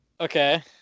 Okay